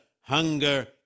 hunger